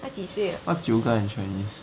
what's yoga in chinese